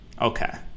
Okay